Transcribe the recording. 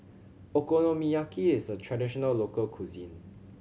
okonomiyaki is a traditional local cuisine